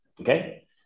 okay